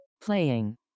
Playing